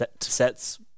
sets